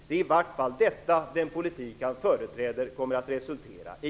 Det är i alla fall detta den politik som han företräder kommer att resultera i.